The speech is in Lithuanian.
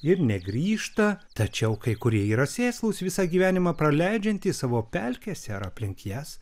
ir negrįžta tačiau kai kurie yra sėslūs visą gyvenimą praleidžiantys savo pelkėse ar aplink jas